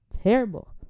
Terrible